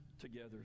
together